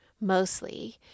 mostly